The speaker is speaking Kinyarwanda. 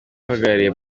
uhagarariye